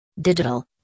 Digital